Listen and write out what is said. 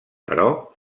però